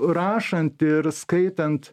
rašant ir skaitant